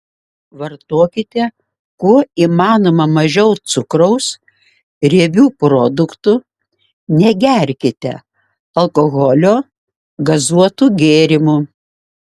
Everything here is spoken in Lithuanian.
vartokite kuo įmanoma mažiau cukraus riebių produktų negerkite alkoholio gazuotų gėrimų